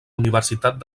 universitat